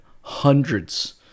hundreds